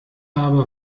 habe